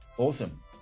Awesome